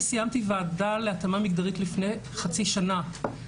סיימתי ועדה להתאמה מגדרית לפני חצי שנה.